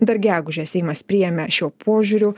dar gegužę seimas priėmė šiuo požiūriu